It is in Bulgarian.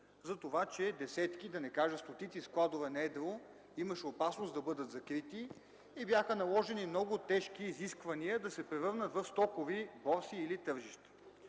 за това, че десетки, да не кажа стотици складове на едро имаше опасност да бъдат закрити и бяха наложени много тежки изисквания – да се превърнат в стокови борси и тържища.